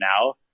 now